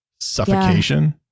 Suffocation